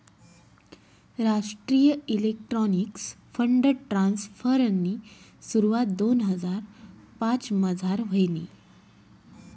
राष्ट्रीय electronics fund ट्रान्स्फरनी सुरवात दोन हजार पाचमझार व्हयनी